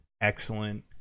excellent